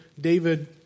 David